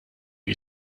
die